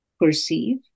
perceive